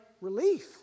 relief